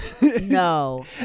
No